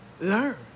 learn